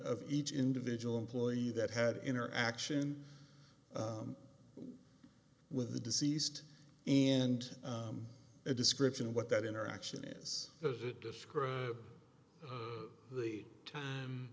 of each individual employee that had interaction with the deceased and a description of what that interaction is as it described the time